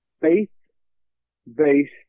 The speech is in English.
faith-based